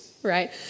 right